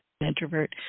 introvert